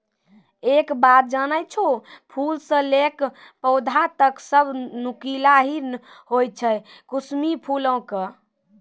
एक बात जानै छौ, फूल स लैकॅ पौधा तक सब नुकीला हीं होय छै कुसमी फूलो के